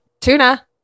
Tuna